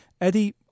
Eddie